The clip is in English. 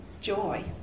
joy